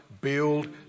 Build